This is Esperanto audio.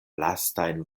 lastajn